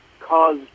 cause